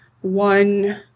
one